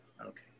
Okay